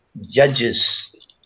Judges